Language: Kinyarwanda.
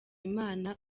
imana